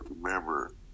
remember